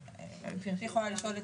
גברתי יכולה לשאול,